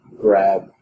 grab